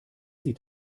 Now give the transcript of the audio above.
sieht